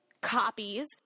copies